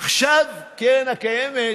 עכשיו הקרן הקיימת